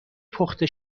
پخته